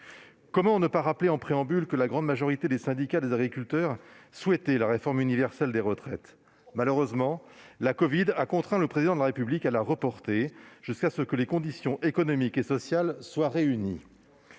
Comment ne pas rappeler en préambule que la grande majorité des syndicats d'agriculteurs souhaitait la réforme universelle des retraites ? Malheureusement, la covid-19 a contraint le Président de la République à la reporter jusqu'à ce que les conditions économiques et sociales soient réunies.